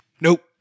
Nope